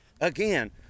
Again